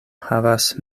havas